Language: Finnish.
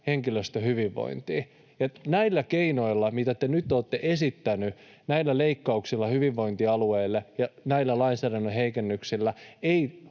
henkilöstön hyvinvointiin. Näillä keinoilla, mitä te nyt olette esittäneet, näillä leikkauksilla hyvinvointialueelle ja näillä lainsäädännön heikennyksillä